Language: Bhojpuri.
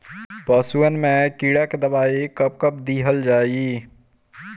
पशुअन मैं कीड़ा के दवाई कब कब दिहल जाई?